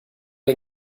den